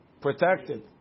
protected